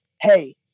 Hey